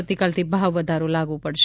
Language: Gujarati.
આવતીકાલથી ભાવવધારો લાગુ પડશે